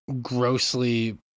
grossly